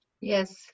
Yes